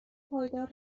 پایدار